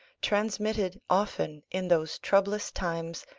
transmitted often, in those troublous times,